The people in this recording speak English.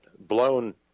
blown